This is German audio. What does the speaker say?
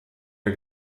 der